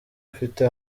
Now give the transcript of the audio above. ufite